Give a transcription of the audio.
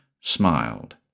smiled